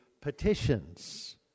petitions